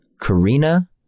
Karina